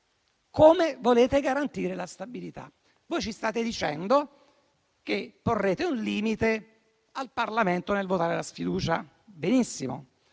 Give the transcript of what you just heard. Come volete garantire la stabilità? Ci state dicendo che porrete un limite al Parlamento nel votare la sfiducia. Benissimo.